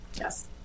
Yes